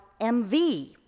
MV